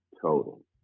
total